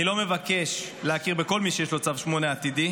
אני לא מבקש להכיר בכל מי שיש לו צו 8 עתידי,